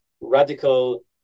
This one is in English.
radical